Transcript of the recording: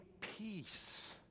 peace